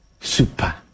super